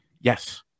yes